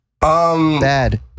bad